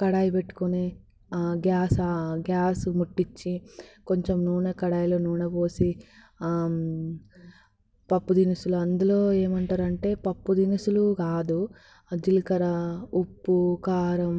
కడాయి పెట్టుకొని ఆ గ్యాస్ ఆ గ్యాస్ ముట్టించి కొంచెం నూనె కడాయిలో నూనె పోసి పప్పు దినుసులు అందులో ఏమంటారు అంటే పప్పు దినుసులు కాదు జీలకర్ర ఉప్పు కారం